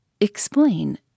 Explain